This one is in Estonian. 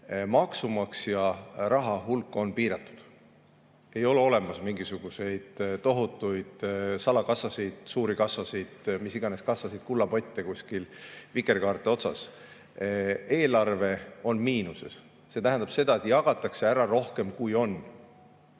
maksumaksja raha on piiratud. Ei ole olemas mingisuguseid tohutuid salakassasid, suuri kassasid, mis iganes kassasid, kullapotte kuskil vikerkaare otsas. Eelarve on miinuses, see tähendab seda, et jagatakse ära rohkem, kui on.